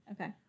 Okay